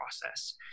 process